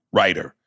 Writer